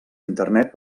internet